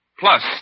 Plus